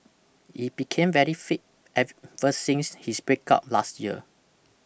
he became very fit ever since his breakup last year